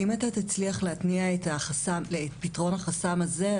אם אתה תצליח להתניע את פתרון החסם הזה,